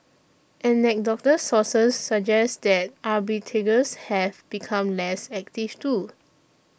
anecdotal sources suggest that arbitrageurs have become less active too